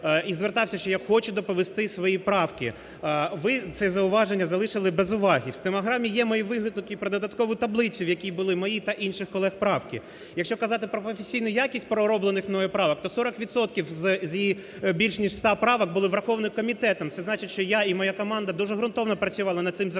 і звертався, що я хочу доповісти свої правки. Ви це зауваження залишили без уваги. В стенограмі є мій вигук і про додаткову таблицю, в якій були мої та інших колег правки. Якщо казати про професійну якість пророблених мною правок, то 40 відсотків з більш, ніж 100 правок були враховані комітетом, це значить, що я і моя команда дуже ґрунтовно працювали над цим законопроектом.